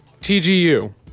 TGU